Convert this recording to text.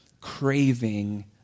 craving